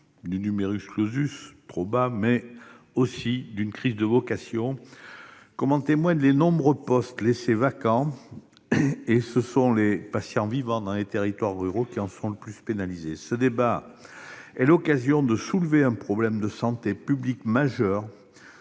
souffre du, trop bas, mais aussi d'une crise des vocations, comme en témoignent les nombreux postes vacants. Et ce sont les patients vivants dans les territoires ruraux qui sont les plus pénalisés. Ce débat est l'occasion de soulever un problème de santé publique majeur,